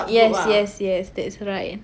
yes yes yes that's right